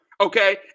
okay